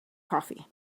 coffee